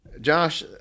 Josh